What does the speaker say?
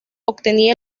obtenía